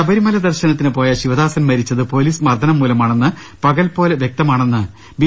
ശബരിമല ദർശനത്തിന് പോയ ശിവദാസൻ മരിച്ചത് പോലീസ് മർദനം മൂല മാണെന്ന് പകൽപോലെ വൃക്തമാണെന്ന് ബി